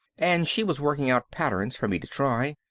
and she was working out patterns for me to try.